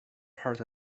part